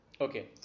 Okay